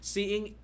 Seeing